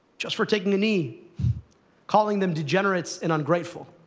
just for taking a knee calling them degenerates and ungrateful,